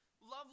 love